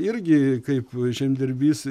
irgi kaip žemdirbys